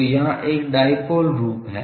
तो यहाँ एक डायपोल रूप है